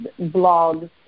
blogs